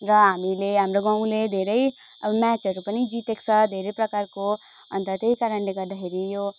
र हामीले हाम्रो गाउँले धेरै अब म्याचहरू पनि जितेको छ धेरै प्रकारको अन्त त्यही कारणले गर्दाखेरि यो